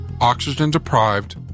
Oxygen-deprived